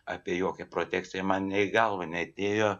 apie jokią protekciją man nė į galvą neatėjo